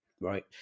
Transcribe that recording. right